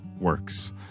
works